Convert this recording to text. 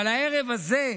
אבל בערב הזה,